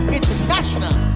International